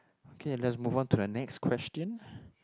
okay let's move on to the next question